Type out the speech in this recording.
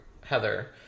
Heather